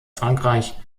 frankreich